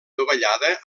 dovellada